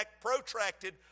protracted